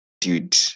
dude